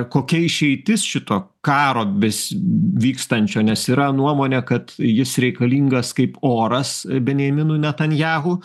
kokia išeitis šito karo bes vykstančio nes yra nuomonė kad jis reikalingas kaip oras benjaminui netanjahu